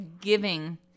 giving